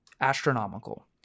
astronomical